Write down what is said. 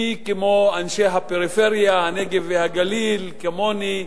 מי כמו אנשי הפריפריה, הנגב והגליל, כמוני,